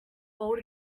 old